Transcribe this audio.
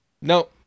no